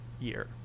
year